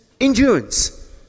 endurance